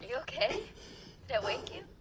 ah okay? did i wake you?